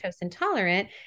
intolerant